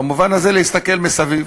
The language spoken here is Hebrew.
במובן של להסתכל מסביב,